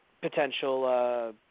potential